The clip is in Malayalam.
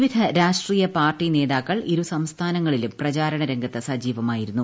വിവിധ രാഷ്ട്രീയ പാർട്ടി നേതൃക്കൾ ഇ്രു സംസ്ഥാനങ്ങളിലും പ്രചരണ രംഗത്ത് സജീവമായിരുന്നു